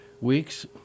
weeks